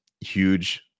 huge